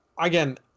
again